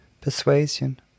persuasion